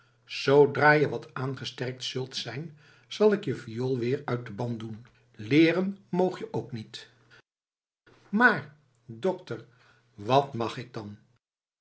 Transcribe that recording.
zoodra je wat aangesterkt zult zijn zal ik je viool weer uit den ban doen leeren moog je ook niet maar dokter wat mag ik dan